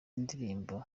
indirimbo